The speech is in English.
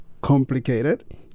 complicated